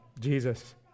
Jesus